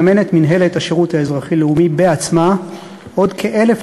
מממנת מינהלת השירות האזרחי-לאומי בעצמה עוד כ-1,000